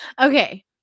Okay